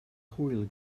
hwyl